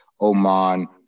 Oman